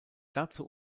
dazu